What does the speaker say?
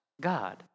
God